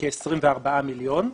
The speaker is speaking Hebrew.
כ-24 מיליון.